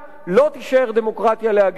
לא תישאר דמוקרטיה להגן עלינו.